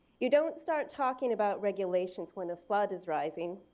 you don't start talking about regulations when a flood is rising,